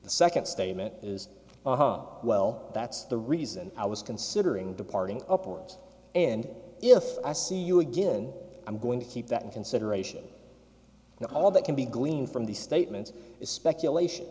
the second statement is well that's the reason i was considering departing upwards and if i see you again i'm going to keep that in consideration and all that can be gleaned from these statements is speculation